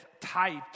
type